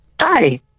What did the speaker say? Hi